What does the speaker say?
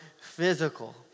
physical